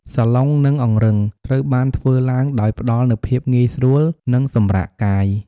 សាឡុង និងអង្រឹង ត្រូវបានធ្វើឡើងដោយផ្តល់នូវភាពងាយស្រួល និងសម្រាកកាយ។